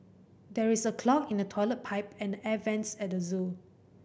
there is a clog in the toilet pipe and air vents at the zoo